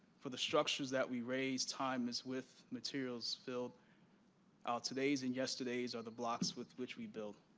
for the structures that we raise, time is with materials filled our todays and yesterdays are the block with which we build.